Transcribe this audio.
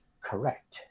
correct